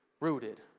rooted